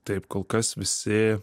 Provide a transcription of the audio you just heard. taip kol kas visi